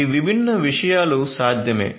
ఈ విభిన్న విషయాలు సాధ్యమే